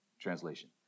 Translation